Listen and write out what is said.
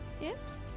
Yes